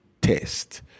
test